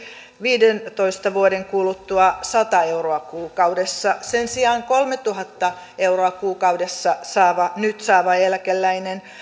viidentoista vuoden kuluttua sata euroa kuukaudessa sen sijaan kolmetuhatta euroa kuukaudessa nyt saava eläkeläinen